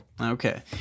Okay